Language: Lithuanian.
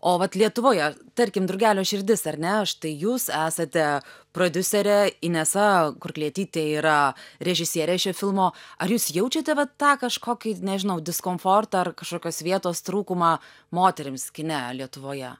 o vat lietuvoje tarkim drugelio širdis ar ne štai jūs esate prodiuserė inesa kurklietytė yra režisierė šio filmo ar jūs jaučiate va tą kažkokį nežinau diskomfortą ar kažkokios vietos trūkumą moterims kine lietuvoje